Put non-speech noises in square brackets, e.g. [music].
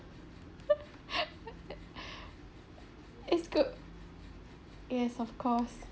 [laughs] it's good yes of course